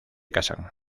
casan